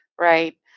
Right